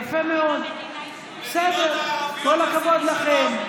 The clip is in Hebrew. יפה מאוד, בסדר, כל הכבוד לכם.